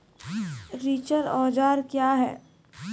रिचर औजार क्या हैं?